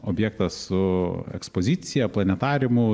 objektas su ekspozicija planetariumo